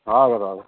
हजुर हजुर